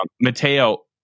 Mateo